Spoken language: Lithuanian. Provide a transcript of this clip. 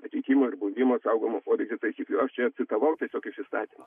patekimo ir buvimo saugomo objekte taisyklių aš čia citavau tiesiog iš įstatymo